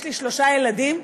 יש לי שלושה ילדים,